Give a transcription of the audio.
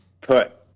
Put